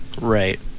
Right